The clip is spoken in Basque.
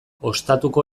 ostatuko